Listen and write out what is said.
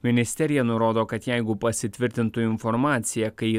ministerija nurodo kad jeigu pasitvirtintų informacija kai